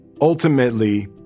Ultimately